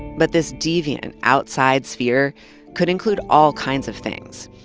but this deviant outside sphere could include all kinds of things.